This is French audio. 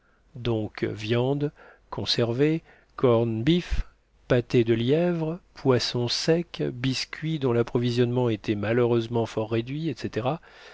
donc viandes conservées corn beef pâtés de lièvres poissons secs biscuits dont l'approvisionnement était malheureusement fort réduit etc